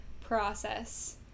process